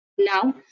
Now